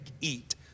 eat